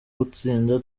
gutsinda